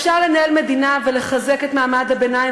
אפשר לנהל מדינה ולחזק את מעמד הביניים